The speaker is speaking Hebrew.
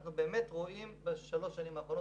אנחנו רואים בשלוש השנים האחרונות,